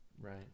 right